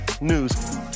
news